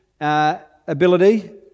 ability